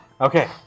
Okay